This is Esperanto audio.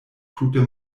tute